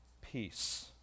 peace